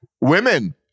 Women